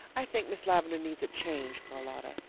i think miss lavendar needs a change, charlotta.